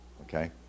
Okay